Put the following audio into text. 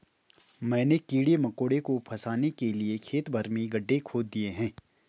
मैंने कीड़े मकोड़ों को फसाने के लिए खेत भर में गड्ढे खोद दिए हैं